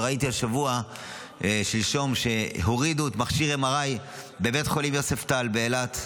וראיתי שלשום שהורידו את מכשיר ה-MRI בבית החולים יוספטל באילת.